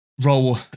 roll